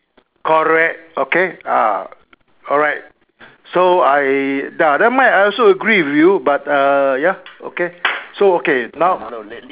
correct okay ah alright so I ya never mind I also agree with you but uh ya okay so okay now